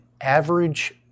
average